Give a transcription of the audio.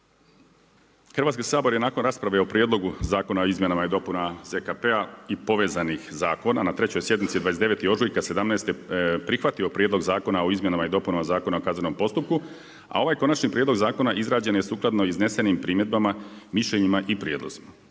Hrvatski sabor je nakon rasprave o prijedlogu Zakona o izmjenama i dopunama ZKP-a i povezanih zakona na 3.-oj sjednici 29. ožujka 2017. prihvatio Prijedlog zakona o izmjenama i dopunama Zakona o kaznenom postupku a ovaj Konači prijedlog zakona izrađen je sukladno iznesenim primjedbama, mišljenjima i prijedlozima.